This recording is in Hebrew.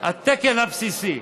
התקן הבסיסי,